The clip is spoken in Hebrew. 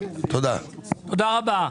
תודה רבה.